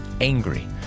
angry